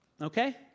okay